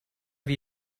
wie